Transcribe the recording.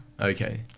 Okay